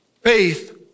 Faith